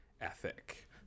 ethic